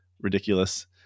ridiculous